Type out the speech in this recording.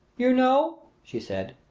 you know, she said,